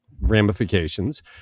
ramifications